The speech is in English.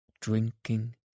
drinking